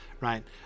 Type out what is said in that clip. right